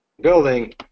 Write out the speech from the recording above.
building